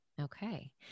Okay